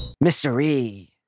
Mystery